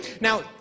Now